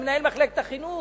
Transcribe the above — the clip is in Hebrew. עם מנהל מחלקת החינוך.